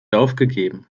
aufgegeben